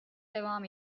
devam